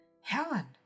Helen